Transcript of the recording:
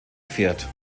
pferd